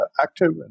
active